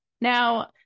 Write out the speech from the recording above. Now